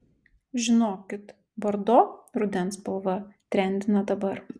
žinokit bordo rudens spalva trendina dabar